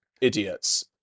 Idiots